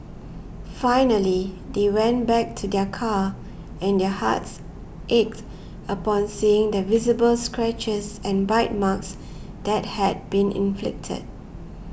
finally they went back to their car and their hearts ached upon seeing the visible scratches and bite marks that had been inflicted